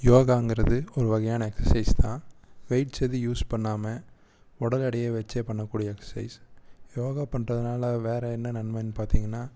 யோகாங்கிறது ஒரு வகையான எக்ஸஸைஸ் தான் வெய்ட்ஸ் எதுவும் யூஸ் பண்ணாமல் உடல் எடையை வச்சே பண்ணக்கூடிய எக்ஸஸைஸ் யோகா பண்ணுறதுனால வேற என்ன நன்மைன்னு பார்த்தீங்கன்னா